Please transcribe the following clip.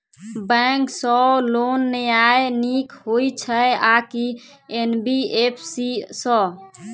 Bank सँ loan लेनाय नीक होइ छै आ की एन.बी.एफ.सी सँ?